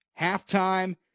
halftime